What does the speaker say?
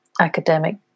academic